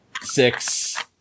six